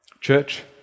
Church